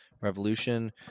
Revolution